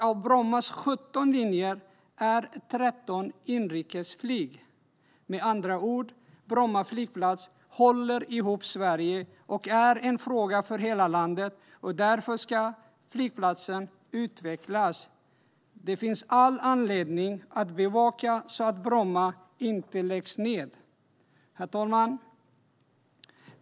Av Brommas 17 linjer är 13 inrikesflyg. Med andra ord: Bromma flygplats håller ihop Sverige och är en fråga för hela landet, och därför ska flygplatsen utvecklas. Det finns all anledning att bevaka att Bromma inte läggs ned. Herr talman!